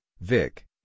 Vic